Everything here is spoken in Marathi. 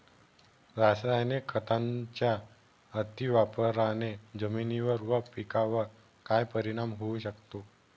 रासायनिक खतांच्या अतिवापराने जमिनीवर व पिकावर काय परिणाम होऊ शकतो?